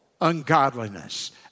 ungodliness